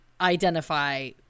identify